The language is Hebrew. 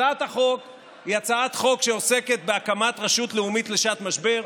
הצעת החוק היא הצעת חוק שעוסקת בהקמת רשות לאומית לשעת משבר.